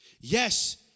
Yes